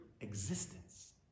existence